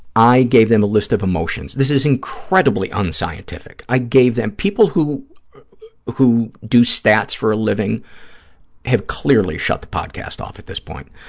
i gave them a list of emotions. this is incredibly unscientific. i gave them, people who who do stats for a living have clearly shut the podcast off at this point.